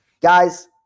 guys